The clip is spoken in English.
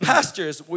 Pastors